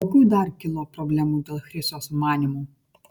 kokių dar kilo problemų dėl chriso sumanymų